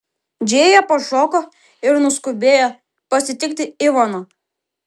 džėja pašoko ir nuskubėjo pasitikti ivano